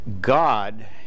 God